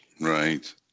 right